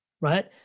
right